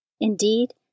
Indeed